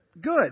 good